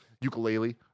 ukulele